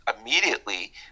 immediately